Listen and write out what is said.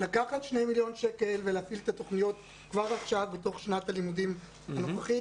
לקחת 2 מיליון שקלים ולהפעיל את התוכניות כבר בשנת הלימודים הנוכחית.